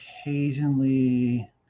occasionally